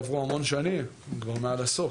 עברו המון שנים, כבר מעל עשור.